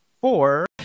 four